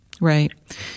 Right